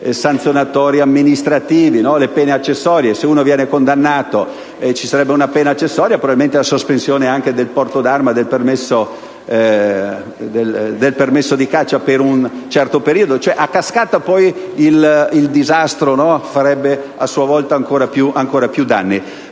sanzionatori e amministrativi in base ai quali se uno viene condannato ci sarebbe una pena accessoria, probabilmente anche la sospensione del porto d'armi e del permesso di caccia per un certo periodo. A cascata, poi, il disastro farebbe a sua volta ancora più danni.